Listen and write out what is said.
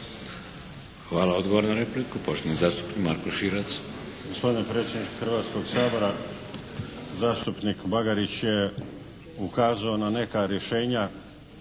Hvala. Odgovor na repliku poštovani zastupnik Marko Širac.